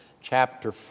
chapter